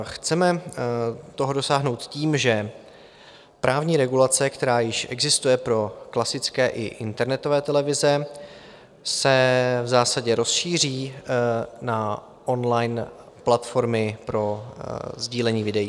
Chceme toho dosáhnout tím, že právní regulace, která již existuje pro klasické i internetové televize, se v zásadě rozšíří na online platformy pro sdílení videí.